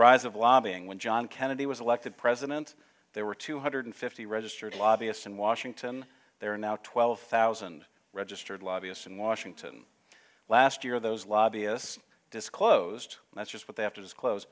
rise of lobbying when john kennedy was elected president there were two hundred fifty registered lobbyists in washington there are now twelve thousand registered lobbyists in washington last year those lobbyists disclosed that's just what they have to disclose